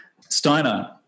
Steiner